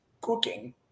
cooking